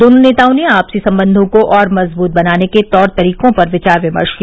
दोनों नेताओं ने आपसी संबंधों को और मजबूत बनाने के तौर तरीकों पर विचार विमर्श किया